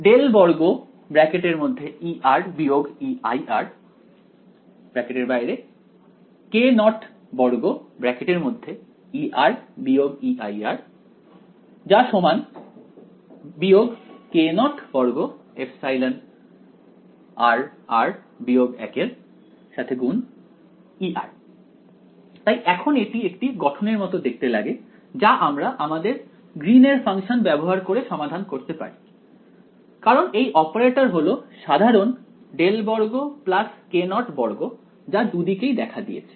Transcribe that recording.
∇2E Ei k02E Ei k02εr 1E তাই এখন এটি একটি গঠনের মতো দেখতে লাগে যা আমরা আমাদের গ্রীন এর ফাংশন ব্যবহার করে সমাধান করতে পারি কারণ এই অপারেটর হল সাধারণ ∇2 k02 যা দুদিকেই দেখা দিয়েছে